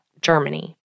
Germany